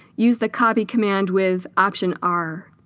use the copy command with option r